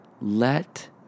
let